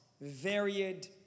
varied